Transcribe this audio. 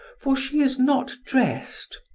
for she is not dressed.